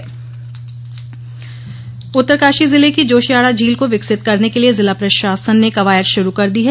कवायद उत्तरकाशी जिले की जोशियाड़ा झील को विकसित करने के लिए जिला प्रशासन ने कवायद शुरू कर दी है